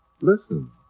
listen